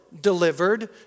delivered